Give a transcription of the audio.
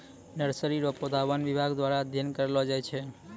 nursery रो पौधा वन विभाग द्वारा अध्ययन करलो जाय छै